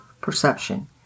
perception